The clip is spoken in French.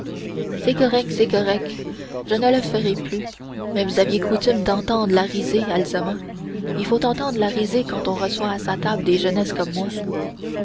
c'est correct c'est correct je ne le ferai plus mais vous aviez coutume d'entendre la risée azalma il faut entendre la risée quand on reçoit à sa table des jeunesses comme moi